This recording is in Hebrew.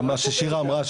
גם מה ששירה אמרה,